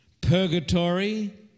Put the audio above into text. purgatory